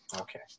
Okay